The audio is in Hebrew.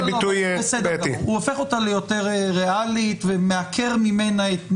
הוא הופך אותה ליותר ראלית ומעקר ממנה את,